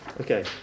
Okay